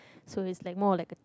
so is like more like a